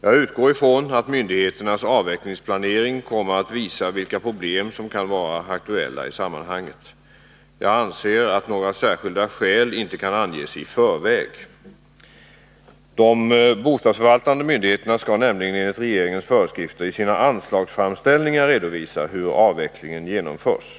Jag utgår ifrån att myndigheternas avvecklingsplanering kommer att visa vilka problem som kan vara aktuella i sammanhanget. Jag anser att några särskilda skäl inte kan anges i förväg. De bostadsförvaltande myndigheterna skall nämligen enligt regeringens föreskrifter i sina anslagsframställningar redovisa hur avvecklingen genomförs.